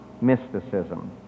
mysticism